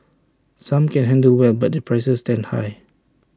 some can handle well but their prices stand high